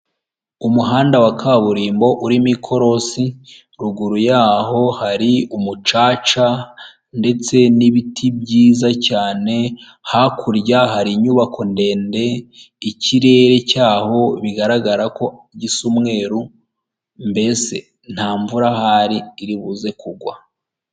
Umuhanda wa kaburimbo urimo ikorosi ruguru yaho hari umucaca, ndetse n'ibiti byiza cyane hakurya hari inyubako ndende ikirere cyaho bigaragara ko gisa umweru, mbese nta mvura ahari iri buze kugwa.